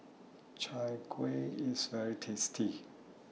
Chai Kueh IS very tasty